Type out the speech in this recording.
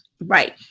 right